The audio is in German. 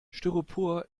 styropor